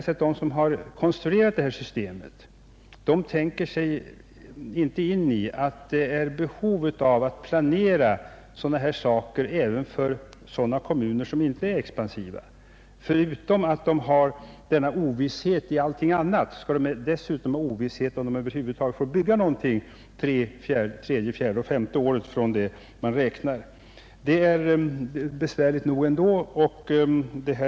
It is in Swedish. De som har konstruerat detta system har tydligen inte satt sig in i att det föreligger ett behov att göra en planering även för sådana kommuner som inte är expansiva. Förutom att dessa kommuner lever i ovisshet beträffande allting annat skall de dessutom leva i ovisshet om de över huvud taget får bygga någonting under det tredje, fjärde eller femte året under perioden. Förhållandena är besvärliga nog ändå.